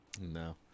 No